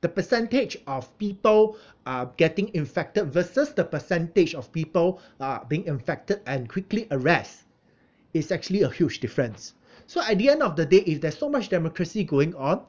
the percentage of people are getting infected versus the percentage of people are being infected and quickly arrest is actually a huge difference so at the end of the day if there's so much democracy going on